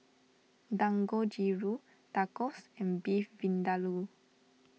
Dangojiru Tacos and Beef Vindaloo